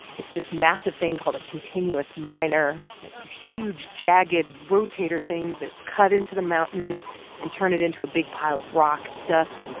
it's this massive thing called a continuous miner. it has this huge, jagged rotator things that cut into the mountain and turn it into a big pile of rock, dust